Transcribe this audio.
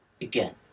again